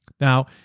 Now